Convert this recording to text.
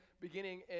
beginning